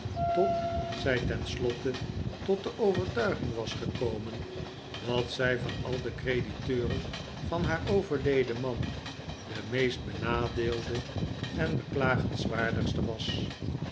tot zij tenslotte tot de overtuiging was gekomen dat zij van al de crediteuren van haar overleden man de meest benadeelde en beklagenswaardigste was